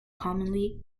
commonly